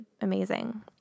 amazing